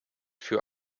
für